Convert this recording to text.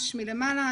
מלמעלה,